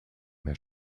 mehr